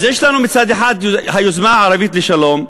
אז יש לנו, מצד אחד, היוזמה הערבית לשלום,